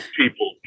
people